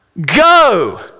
Go